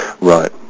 Right